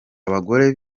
abagore